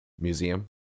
museum